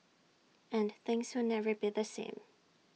and things will never be the same